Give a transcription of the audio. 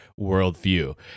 worldview